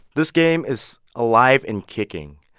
this game is alive and kicking.